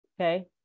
Okay